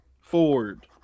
Ford